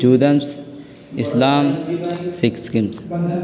جویسم اسلام سکھسم